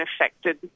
affected